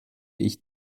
ich